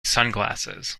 sunglasses